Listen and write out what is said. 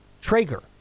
Traeger